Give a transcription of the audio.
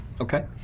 Okay